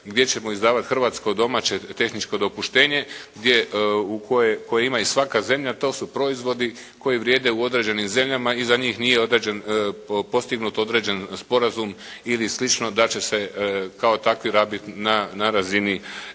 gdje ćemo izdavati hrvatsko, domaće tehničko dopuštenje gdje, koje ima i svaka zemlja. To su proizvodi koji vrijede u određenim zemljama i za njih nije određen, postignut određeni sporazum ili slično da će se kao takvi rabiti na razini